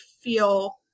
feel